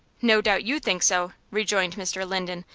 no doubt you think so, rejoined mr. linden,